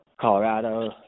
Colorado